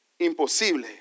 imposible